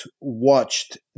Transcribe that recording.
watched